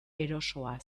erosoa